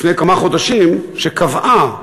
לפני כמה חודשים, שקבעה